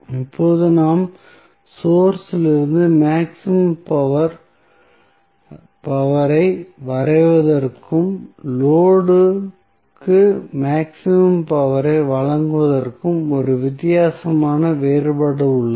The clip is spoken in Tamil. இப்போது நாம் சோர்ஸ் இலிருந்து மேக்ஸிமம் பவர் ஐ வரைவதற்கும் லோடு க்கு மேக்ஸிமம் பவர் ஐ வழங்குவதற்கும் ஒரு வித்தியாசமான வேறுபாடு உள்ளது